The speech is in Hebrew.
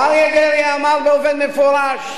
ואריה דרעי אמר באופן מפורש: